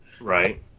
Right